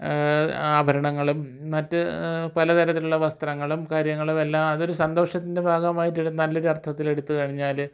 ആഭരണങ്ങളും മറ്റ് പല തരത്തിലുള്ള വസ്ത്രങ്ങളും കാര്യങ്ങളും എല്ലാം അതൊരു സന്തോഷത്തിൻ്റെ ഭഗമായിട്ട് നല്ല ഒരു അർത്ഥത്തിൽ എടുത്തു കഴിഞ്ഞാൽ